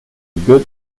good